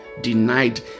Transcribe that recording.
denied